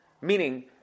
Meaning